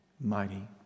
mighty